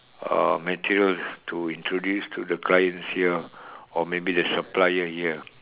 uh materials to introduce to the clients here or maybe the suppliers here